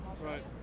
right